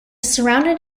surrounded